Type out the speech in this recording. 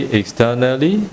externally